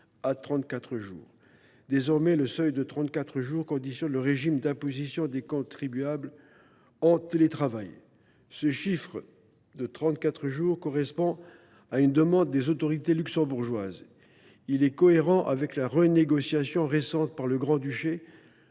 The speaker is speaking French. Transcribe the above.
à 34 jours. Désormais, le seuil de 34 jours conditionne le régime d’imposition des contribuables en télétravail. Ce seuil de 34 jours correspond à une demande des autorités luxembourgeoises. Il est cohérent avec la renégociation récente par le Grand Duché